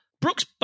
Brooks